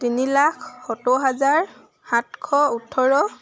তিনি লাখ সত্তৰ হাজাৰ সাতশ ওঠৰ